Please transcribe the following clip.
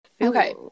Okay